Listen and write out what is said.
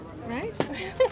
Right